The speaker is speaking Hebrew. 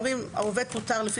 ואם לא ייענה להחלטות המנכ"ל של